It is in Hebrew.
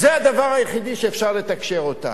זה הדבר היחידי שמאפשר לתקשר אתה.